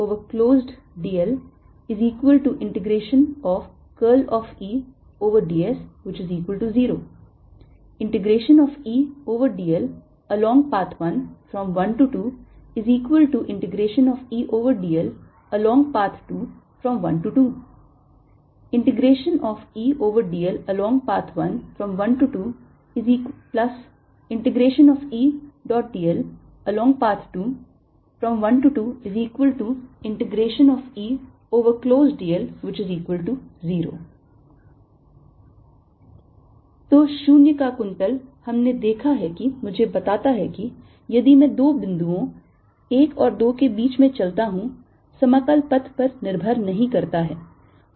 EdlEds0 12Edlalong path 112Edl 12Edlalong 112Edlalong 2Edl0 तो 0 का कुंतल हमने देखा है कि मुझे बताता है कि यदि मैं दो बिंदुओं 1 और 2 के बीच में चलता हूं समाकल पथ पर निर्भर नहीं करता है